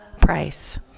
price